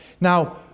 Now